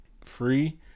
free